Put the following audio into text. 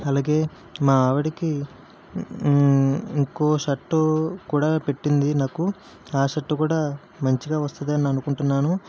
అలగే మా ఆవిడకి ఇంకో షర్టు కూడా పెట్టింది నాకు ఆ షర్ట్ కూడా మంచిగా వస్తుంది అని అనుకుంటున్నాను